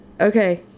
Okay